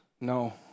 No